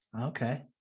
Okay